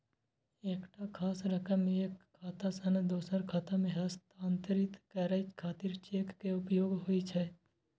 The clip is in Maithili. एकटा खास रकम एक खाता सं दोसर खाता मे हस्तांतरित करै खातिर चेक के उपयोग होइ छै